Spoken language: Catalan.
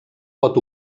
pot